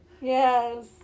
Yes